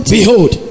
behold